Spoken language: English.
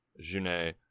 Junet